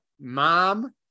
Mom